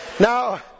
Now